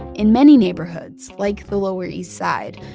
in many neighborhoods, like the lower east side,